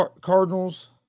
Cardinals